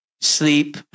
sleep